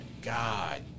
God